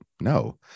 No